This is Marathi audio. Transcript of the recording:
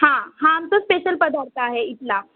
हां हा आमचा स्पेशल पदार्थ आहे इथला